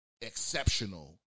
exceptional